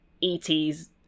E.T.'s